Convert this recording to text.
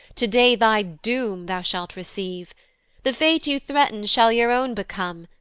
to-day thy doom thou shalt receive the fate you threaten shall your own become,